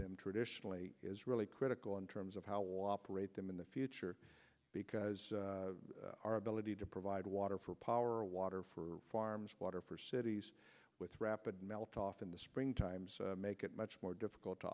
traditionally is really critical in terms of how operate them in the future because our ability to provide water for power water for farms water for cities with rapid melt off in the spring time make it much more difficult to